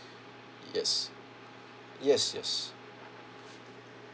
yes yes yes